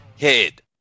head